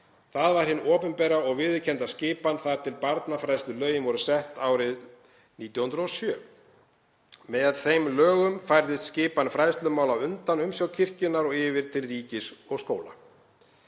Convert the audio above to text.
Það var hin opinbera og viðurkennda skipan þar til barnafræðslulög voru sett árið 1907. Með þeim lögum færðist skipan fræðslumála undan umsjá kirkjunnar og yfir til ríkis og skóla.